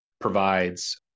provides